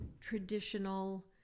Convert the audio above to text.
traditional